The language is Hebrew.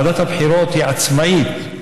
ועדת הבחירות היא עצמאית,